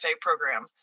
program